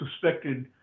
suspected